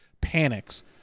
panics